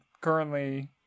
currently